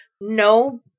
No